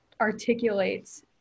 articulates